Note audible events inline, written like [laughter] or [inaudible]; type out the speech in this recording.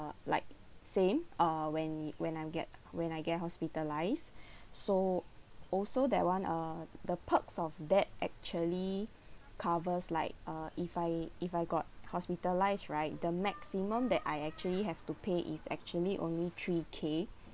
like same uh when when I'm get when I get hospitalised [breath] so also that [one] uh the perks of that actually covers like uh if I if I got hospitalised right the maximum that I actually have to pay is actually only three K